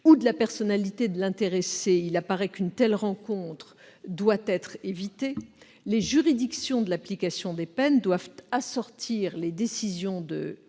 ou de la personnalité de l'intéressé, il apparaît qu'une telle rencontre doit être évitée, les juridictions de l'application des peines doivent assortir les décisions de